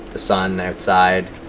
the sun outside,